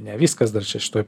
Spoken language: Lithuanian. ne viskas dar čia šitoj